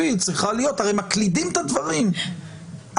בוודאי הבינוניים אני נאלץ לעשות דרגות לדברים האלה,